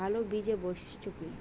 ভাল বীজের বৈশিষ্ট্য কী?